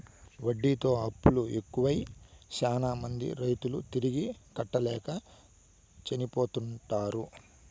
వడ్డీతో అప్పులు ఎక్కువై శ్యానా మంది రైతులు తిరిగి కట్టలేక చనిపోతుంటారు